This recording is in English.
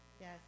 Yes